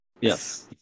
yes